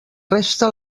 resta